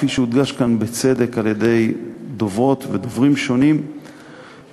כפי שהודגש כאן בצדק על-ידי דוברות ודוברים שונים בדיון,